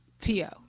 t-o